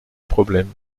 problème